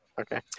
Okay